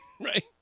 Right